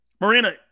Marina